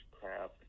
crap